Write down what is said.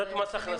אז מה.